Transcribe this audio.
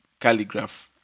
Calligraph